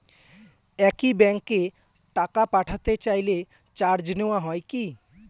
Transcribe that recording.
একই ব্যাংকে টাকা পাঠাতে চাইলে চার্জ নেওয়া হয় কি?